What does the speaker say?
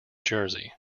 jersey